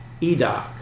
EDOC